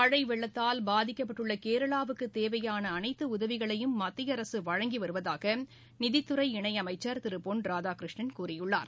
மனழ வெள்ளத்தால் பாதிக்கப்பட்டுள்ள கேரளாவுக்கு தேவையான அனைத்து உதவிகளையும் மத்திய அரசு வழங்கி வருவதாக நிதித்துறை இணையமைச்சர் திரு பொன் ராதாகிருஷ்ணன் கூறியுள்ளார்